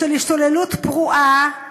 של השתוללות פרועה,